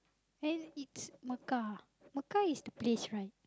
hey it's Macau Macau is the place right